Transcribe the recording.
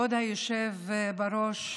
כבוד היושב-ראש,